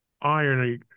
irony